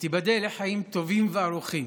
ותיבדל לחיים טובים וארוכים